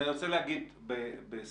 אני רוצה להגיד בסיום,